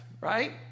right